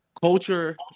Culture